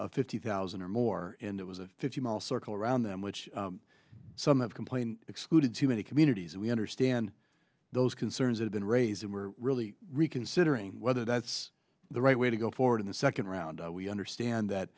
area fifty thousand or more and it was a fifty mile circle around them which some have complained excluded to many communities and we understand those concerns have been raised and we're really reconsidering whether that's the right way to go forward in the second round we understand that